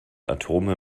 atome